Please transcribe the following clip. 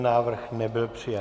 Návrh nebyl přijat.